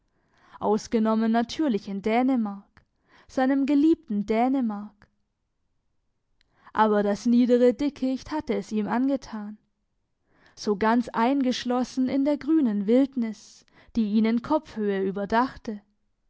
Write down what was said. ausgenommen natürlich in dänemark seinem geliebten dänemark aber das niedere dickicht hatte es ihm angetan so ganz eingeschlossen in der grünen wildnis die ihn in kopfhöhe überdachte